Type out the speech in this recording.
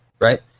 right